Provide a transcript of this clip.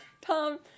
Tom